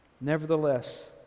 Nevertheless